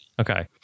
Okay